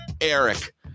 Eric